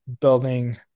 building